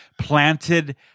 planted